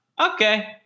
okay